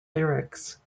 lyrics